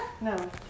No